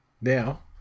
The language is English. now